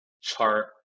chart